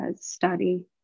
study